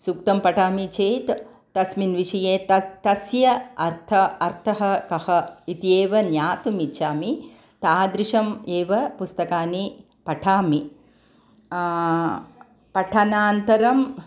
सूक्तं पठामि चेत् तस्मिन् विषये तत् तस्य अर्थः अर्थः कः इत्येव ज्ञातुमिच्छामि तादृशम् एव पुस्तकानि पठामि पठनानन्तरम्